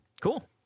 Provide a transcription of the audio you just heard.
cool